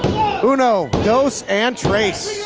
uno, dos, and tres.